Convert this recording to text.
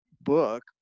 book